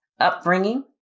upbringing